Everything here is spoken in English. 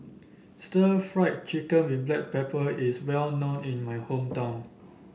Stir Fried Chicken with Black Pepper is well known in my hometown